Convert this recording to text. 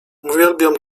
uwielbiam